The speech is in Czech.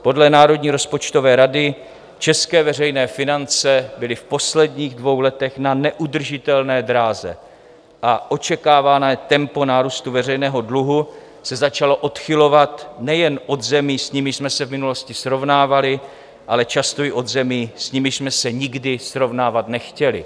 Podle Národní rozpočtové rady české veřejné finance byly v posledních dvou letech na neudržitelné dráze a očekávané tempo nárůstu veřejného dluhu se začalo odchylovat nejen od zemí, s nimiž jsme se v minulosti srovnávali, ale často i od zemí, s nimiž jsme se nikdy srovnávat nechtěli.